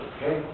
Okay